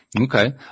Okay